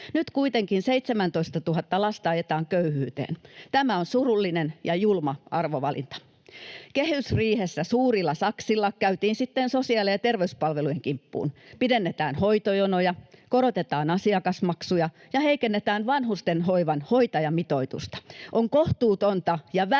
Nyt kuitenkin 17 000 lasta ajetaan köyhyyteen. Tämä on surullinen ja julma arvovalinta. Kehysriihessä suurilla saksilla käytiin sitten sosiaali- ja terveyspalvelujen kimppuun: pidennetään hoitojonoja, korotetaan asiakasmaksuja ja heikennetään vanhustenhoivan hoitajamitoitusta. On kohtuutonta ja väärin